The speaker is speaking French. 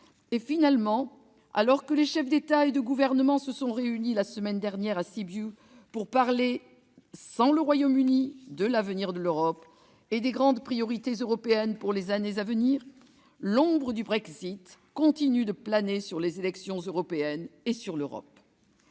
Et finalement, alors que les chefs d'État et de gouvernement se sont réunis la semaine dernière, à Sibiu, pour parler, sans le Royaume-Uni, de l'avenir de l'Europe et des grandes priorités européennes pour les années à venir, l'ombre du Brexit continue de planer sur les élections européennes et sur l'Europe.